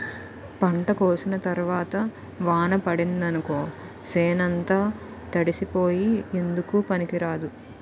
పంట కోసిన తరవాత వాన పడిందనుకో సేనంతా తడిసిపోయి ఎందుకూ పనికిరాదు